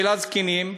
של הזקנים,